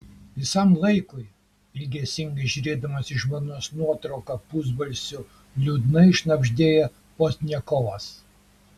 visam laikui ilgesingai žiūrėdamas į žmonos nuotrauką pusbalsiu liūdnai šnabždėjo pozdniakovas